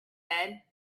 said